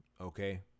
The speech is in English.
Okay